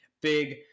big